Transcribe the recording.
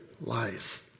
Lies